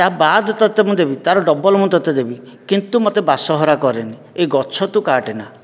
ତା ବାଦେ ତୋତେ ମୁଁ ଦେବି ତା'ର ଡବଲ୍ ମୁଁ ତୋତେ ଦେବି କିନ୍ତୁ ମୋତେ ବାସହରା କରେନି ଏ ଗଛ ତୁ କାଟେନା